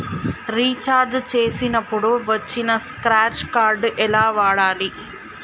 Recharge చేసినప్పుడు వచ్చిన scratch card ఎలా వాడాలి?